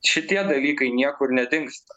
šitie dalykai niekur nedingsta